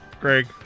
Greg